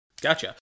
Gotcha